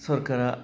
सरकारा